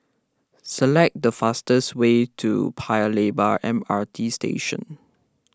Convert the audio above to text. select the fastest way to Paya Lebar M R T Station